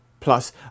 Plus